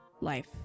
life